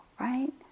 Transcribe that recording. right